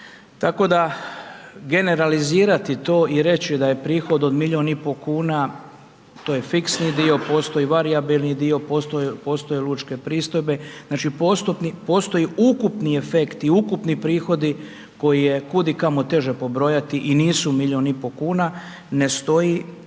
tako da generalizirati to i reći da je prihod od milijun i pol kuna, to je fiksni dio, postoji i varijabilni dio, postoje lučke pristojbe, znači postoji ukupni efekti i ukupni prihodi koji je kudikamo teže pobrojati i nisu milijun i pol kuna, ne stoji